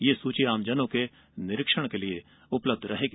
यह सूची आमजनों के निरीक्षण के लिये उपलब्ध रहेगी